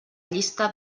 llista